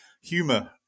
Humor